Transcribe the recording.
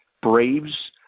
Braves